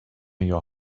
your